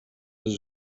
les